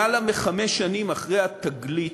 למעלה מחמש שנים אחרי התגלית,